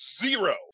zero